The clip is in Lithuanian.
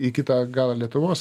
į kitą galą lietuvos